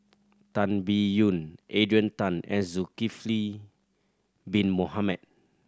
Tan Biyun Adrian Tan and Zulkifli Bin Mohamed